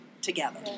together